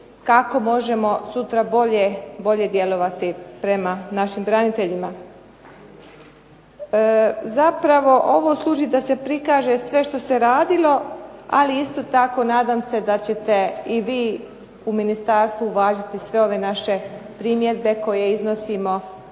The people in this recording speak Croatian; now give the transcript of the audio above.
kako možemo sutra bolje djelovati prema našim braniteljima. Zapravo ovo služi da se prikaže sve što se radilo, ali isto tako nadam se da ćete vi u ministarstvu uvažiti sve ove naše primjedbe koje iznosimo